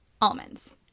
Almonds